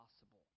possible